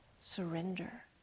Surrender